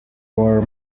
war